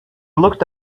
looked